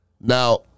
Now